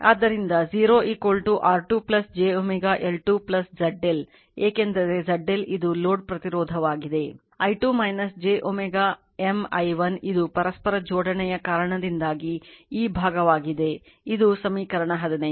ಆದ್ದರಿಂದ 0 R2 j ωL2 ZL ಏಕೆಂದರೆ ZL ಇದು ಲೋಡ್ ಪ್ರತಿರೋಧವಾಗಿದೆ i2 j ωM i1 ಇದು ಪರಸ್ಪರ ಜೋಡಣೆಯ ಕಾರಣದಿಂದಾಗಿ ಈ ಭಾಗವಾಗಿದೆ ಇದು ಸಮೀಕರಣ 15